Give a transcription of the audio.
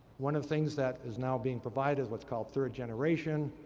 one of the things that is now being provide is what's called third generation.